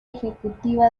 ejecutiva